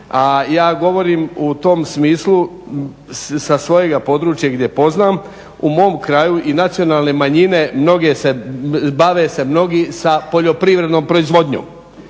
ja govorim u tom smislu sa svojega područja gdje poznam u mom kraju i nacionalne manjine bave se mnogi sa poljoprivrednom proizvodnjom